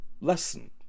lesson